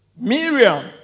Miriam